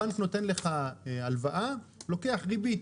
הבנק נותן הלוואה ולוקח ריבית,